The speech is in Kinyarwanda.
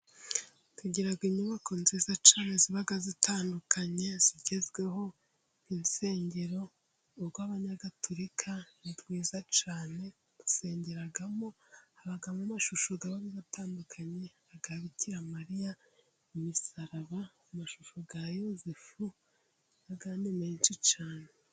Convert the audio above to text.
Tugira inyubako nziza cyane ziba zitandukanye zigezweho nk'insengero ,urw'abanyagatulika ni rwiza cyane basengeramo habamo n'amashusho aba atandukanye ya Bikiramariya, imisaraba ,amashusho ya Yozefu n'andi menshi cyane.